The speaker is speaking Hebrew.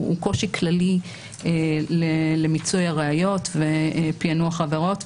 הוא קושי כללי למיצוי הראיות ופענוח עבירות.